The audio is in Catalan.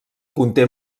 conté